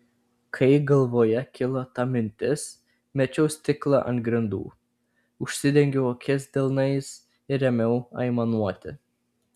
kai galvoje kilo ta mintis mečiau stiklą ant grindų užsidengiau akis delnais ir ėmiau aimanuoti